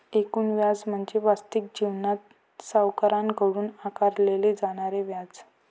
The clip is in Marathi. एकूण व्याज म्हणजे वास्तविक जीवनात सावकाराकडून आकारले जाणारे व्याज